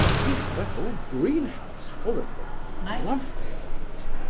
he had a whole greenhouse full of them lovely ones.